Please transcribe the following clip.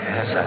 Yes